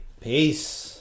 Peace